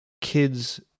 kids